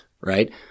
right